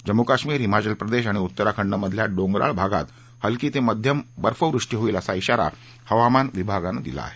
जम्मू काश्मिर हिमाचल प्रदेश आणि उत्तराखंड मधल्या डोंगराळ भागात हलकी ते मध्यम बर्फवृष्टी होईल असा खाारा हवामान विभागानं दिला आहे